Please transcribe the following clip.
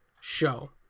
show